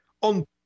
on